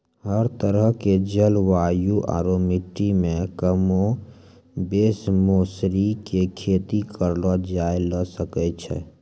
हर तरह के जलवायु आरो मिट्टी मॅ कमोबेश मौसरी के खेती करलो जाय ल सकै छॅ